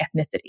ethnicity